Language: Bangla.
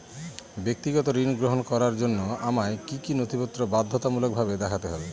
ব্যক্তিগত ঋণ গ্রহণ করার জন্য আমায় কি কী নথিপত্র বাধ্যতামূলকভাবে দেখাতে হবে?